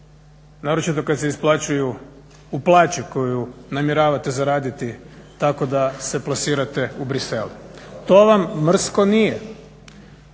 naročito kad se isplaćuju u plaći koju namjeravate zaraditi tako da se plasirate u Bruxelles. To vam mrsko nije.